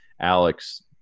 alex